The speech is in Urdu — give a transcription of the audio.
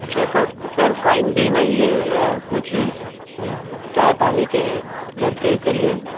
اچھا سر سر فائن دینا ہی ہے یا کچھ چائے پانی کے کر کے کر لیے